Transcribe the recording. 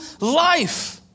life